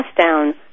down